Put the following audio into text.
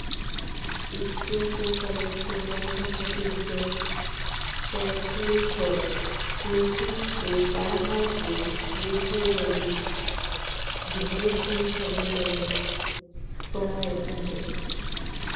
school ᱠᱚ college ᱠᱚ ᱵᱚᱱᱫᱚ ᱠᱷᱟᱹᱛᱤᱨ ᱛᱮ ᱥᱮᱨ ᱴᱷᱮᱱ ᱠᱷᱚᱱ ᱱᱳᱴᱤᱥ ᱠᱚ ᱯᱟᱲᱦᱟᱣ ᱠᱚ ᱵᱩᱡᱷᱟᱹᱣ ᱞᱟᱹᱜᱤᱫ ᱵᱷᱤᱰᱤᱭᱳ ᱠᱚᱱᱯᱷᱟᱨᱤᱝ ᱫᱚᱞᱮ ᱠᱚᱨᱟᱣᱮᱫ ᱛᱟᱦᱮᱸᱫ